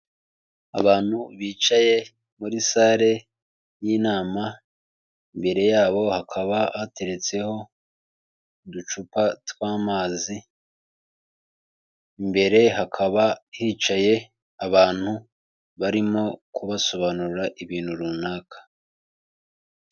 Abantu bicaye muri sale y'inama imbere yabo hakaba hateretseho uducupa tw'amazi, imbere hakaba hicaye abantu barimo kubasobanurira ibintu runaka.